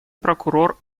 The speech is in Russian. прокурор